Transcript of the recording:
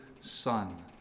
son